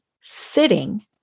sitting